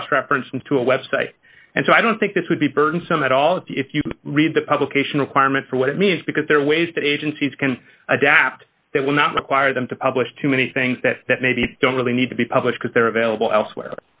across references to a website and so i don't think this would be burdensome at all if you read the publication requirements for what it means because there ways that agencies can adapt that will not require them to publish too many things that that maybe don't really need to be published because they're available elsewhere